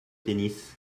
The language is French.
tennis